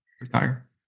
retire